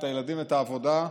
את הילדים ואת העבודה,